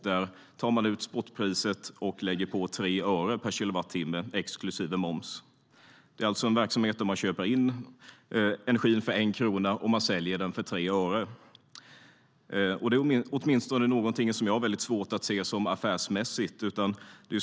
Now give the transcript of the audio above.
Där tar man ut spotpriset och lägger på 3 öre per kilowattimme, exklusive moms. Det är alltså en verksamhet där man köper in energin för 1 krona och säljer den för 3 öre. Det är något som åtminstone jag har väldigt svårt att se som affärsmässigt.